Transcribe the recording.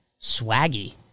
Swaggy